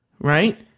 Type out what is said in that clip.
right